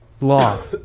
law